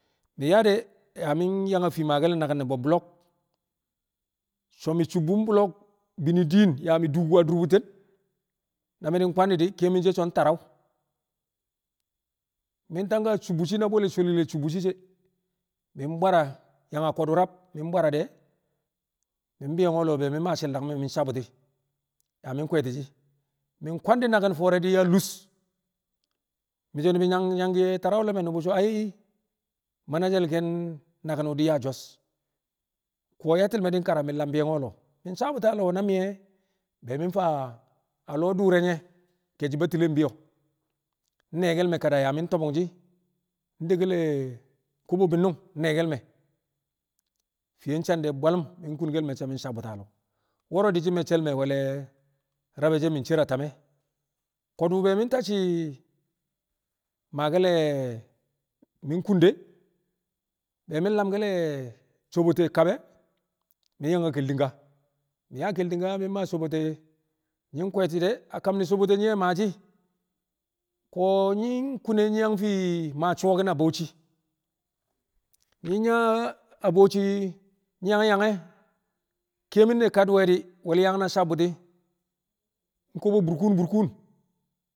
Mi̱ yaa de̱ yaa mi̱ yang a fii maakel le̱ naki̱n ne̱ bob so̱ mi̱ cubbun bini din yaa mi̱ dukku a dur bu̱ti̱n na mi̱ di̱ kwandi̱ di̱ ke̱e̱mi̱n she̱ son tarau mi̱ tangka cubbu shi̱ na sholi cubbu shi̱ she̱ mi̱ bwara yang ko̱du̱ rab mi̱ bwara de̱ mi̱ bi̱yo̱ko̱ lo̱o̱ be mi̱ maa she̱l dagme mi̱ sabbu̱ti̱ yaa mi̱ kwe̱e̱ti̱ shi̱ mi̱ kwangdi̱ naki̱n fo̱o̱re̱ di̱ yaa lu̱ss mi̱ so̱ ni̱bi̱ nyangki̱ nyangki̱ye̱ tarau le̱ me̱ nu̱bu̱ so̱ manager ke̱n naki̱n wu̱ di̱ yaa Jos ko̱ yatti̱ le̱ me̱ di̱ kara mi̱ lam bi̱yo̱ko̱ a lo̱o̱ mi̱ sabbu̱ti̱ a lo̱o̱ na miye be mị faa a lo̱o̱ dur nye̱ kẹe̱shi̱ Battile mbi̱yo nyi̱ye̱ke̱l me̱ kada yaa mi̱ tobbungshi̱ ndekel kobo bi̱nnu̱ng nnyi̱ye̱ke̱l me̱ fiye sande bwalu̱m mi̱ kunkel me̱cce̱ mi̱ sawe̱ bu̱ti̱ a lo̱o̱ wo̱ro̱ di̱ shi̱ me̱cce̱ le̱ me̱ wol rab e̱ mi̱ cer a tame̱ ko̱du̱ be mi̱ tacci̱ maake̱l mi̱ kun de̱ be mi̱ lamke̱l sobote kab e̱ mi̱ yang a keltinga mi̱ yaa a keltinga mi̱ maake̱l le̱ sobote nyi̱ kwe̱e̱ti̱ de̱ a kam ne̱ sobote nyi̱ maashi̱ ko̱ nyi̱ kune nyi̱ yang fii maa su̱wo̱ki̱n a Bauchi nyi̱ yaa Bauchi nyi̱ yang yang e̱ ke̱e̱mi̱n ne̱ kadi̱we̱ di̱ we̱l yang na sabu̱ti̱ nkobo burkuun burkuun.